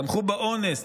תמכו באונס,